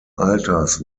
alters